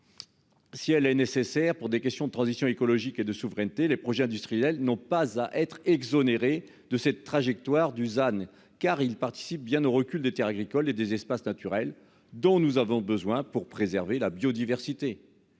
Si elle est nécessaire pour des questions de transition écologique et de souveraineté les projets industriels n'ont pas à être exonérée de cette trajectoire Dusan car il participe bien au recul des Terres agricoles et des espaces naturels dont nous avons besoin pour préserver la biodiversité.